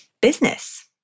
business